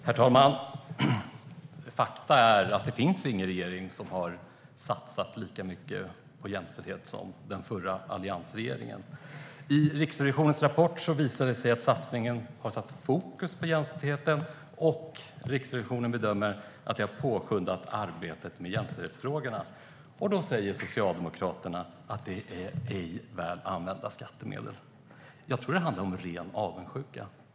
Herr talman! Faktum är att ingen regering har satsat lika mycket på jämställdhet som alliansregeringen gjorde. Riksrevisionens rapport visar att satsningen har satt fokus på jämställdheten. Riksrevisionen bedömer också att det har påskyndat arbetet med jämställdhetsfrågorna. Då säger Socialdemokraterna att det är ej väl använda skattemedel. Jag tror att det handlar om ren avundsjuka.